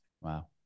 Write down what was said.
Wow